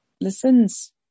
listens